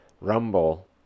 Rumble